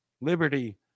liberty